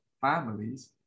families